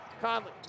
Conley